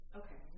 okay